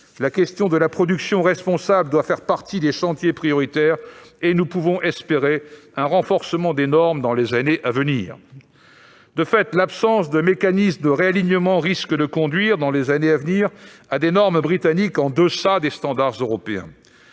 La question de la production responsable doit faire partie des chantiers prioritaires et nous pouvons espérer un renforcement des normes dans les années à venir. De fait, l'absence de mécanisme de réalignement risque de conduire à des normes britanniques en deçà des standards européens.